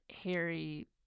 Harry